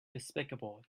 despicable